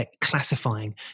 classifying